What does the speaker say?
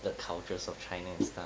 the cultures of china and stuff